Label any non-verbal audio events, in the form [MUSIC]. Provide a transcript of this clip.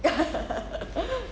[LAUGHS]